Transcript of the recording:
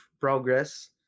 progress